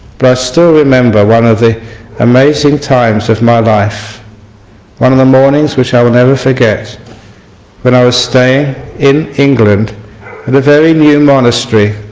but i still remember one of the amazing times of my life one of the mornings which i will never forget when but i was staying in england the. veriliam. monastery,